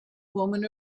woman